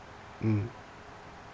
mm